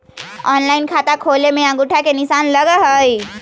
Online खाता खोले में अंगूठा के निशान लगहई?